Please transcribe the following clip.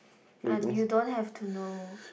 and you don't have to know